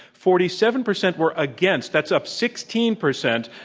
forty seven percent were against. that's up sixteen percent.